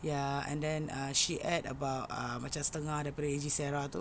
ya and then she ate about ah macam setengah daripada A_J sarah tu